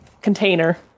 container